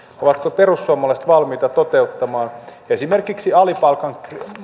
ovatko perussuomalaiset valmiita toteuttamaan esimerkiksi alipalkan